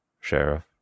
sheriff